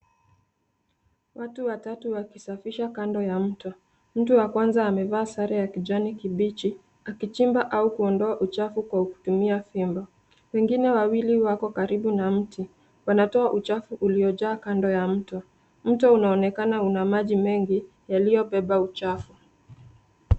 Watu watatu wakisafisha kando ya mto. Mtu wa kwanza amevaa sare ya kijani kibichi akichimba au kuondoa uchafu kwa kutumia fimbo. Wengine wawili wako karibu na mti, wakiondoa uchafu uliojaa kando ya mto. Mto unaonekana una maji mengi yaliyojaa uchafu.